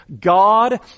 God